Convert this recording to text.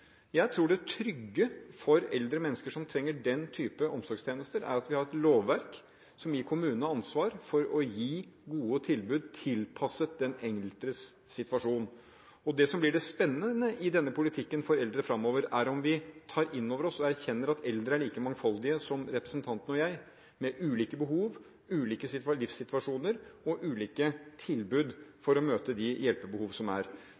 Jeg tror det trygge for eldre mennesker som trenger den type omsorgstjenester, er at vi har et lovverk som gir kommunene ansvar for å gi gode tilbud, tilpasset den eldres situasjon. Det som blir det spennende i denne politikken for eldre fremover, er om vi tar inn over oss og erkjenner at eldre er like mangfoldige som representanten og jeg – med ulike behov, ulike livssituasjoner og ulike tilbud for å møte de hjelpebehov som er.